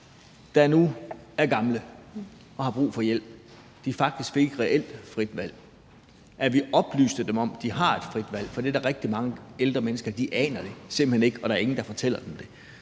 der nu er gamle og har brug for hjælp, faktisk fik et reelt frit valg, og at vi oplyste dem om, at de har et frit valg? For det er der rigtig mange ældre mennesker der simpelt hen ikke aner, og der er ingen, der fortæller dem det.